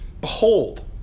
Behold